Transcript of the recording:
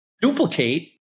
duplicate